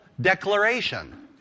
declaration